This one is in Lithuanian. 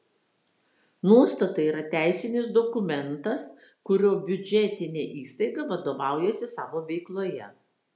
nuostatai yra teisinis dokumentas kuriuo biudžetinė įstaiga vadovaujasi savo veikloje